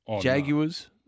Jaguars